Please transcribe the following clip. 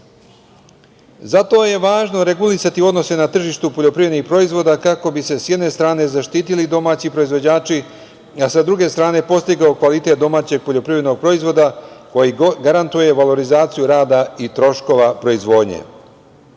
je važno regulisati odnose na tržištu poljoprivrednih proizvoda, kako bi se s jedne strane zaštitili domaći proizvođači, a sa druge strane postigao kvalitet domaćeg poljoprivrednog proizvoda koji garantuje valorizaciju rada i troškova proizvodnje.U